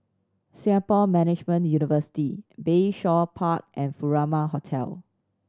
Singapore Management University Bayshore Park and Furama Hotel